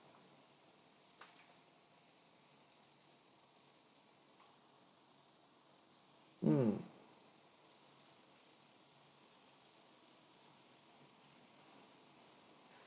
mm